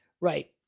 right